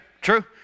true